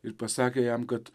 ir pasakė jam kad